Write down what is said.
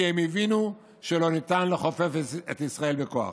כי הן הבינו שלא ניתן לכופף את ישראל בכוח.